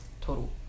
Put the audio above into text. total